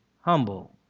humble